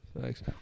Thanks